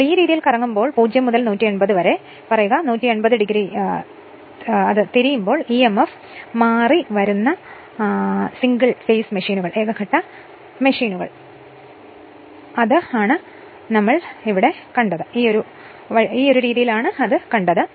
അതിനാൽ ഈ രീതിയിൽ കറങ്ങുമ്പോൾ 0 മുതൽ 180 വരെ പറയുക 180 o തിരിക്കുമ്പോൾ ഇ എം എഫ് മാറിമാറി വരുന്ന സിംഗിൾ ഫേസ് മെഷീനുകൾ ഞാൻ കണ്ട അതേ വഴിയാണിത്